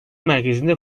merkezinde